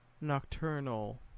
nocturnal